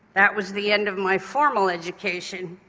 that was the end of my formal education.